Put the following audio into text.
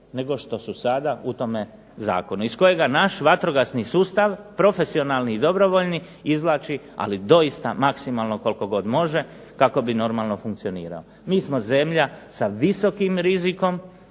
nego što su sada u tome zakonu iz kojega naš vatrogasni sustav, profesionalni i dobrovoljni, izvlači ali doista maksimalno koliko god može kako bi normalno funkcionirao. Mi smo zemlja sa visokim rizikom